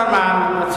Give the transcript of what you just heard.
אנחנו מעדיפים לפנים.